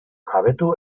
jabetu